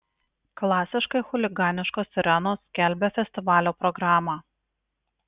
klasiškai chuliganiškos sirenos skelbia festivalio programą